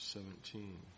Seventeen